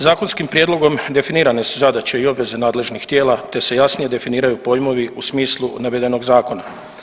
Zakonskim prijedlogom definirane su zadaće i obveze nadležnih tijela te se jasnije definiraju pojmovi u smislu navedenog zakona.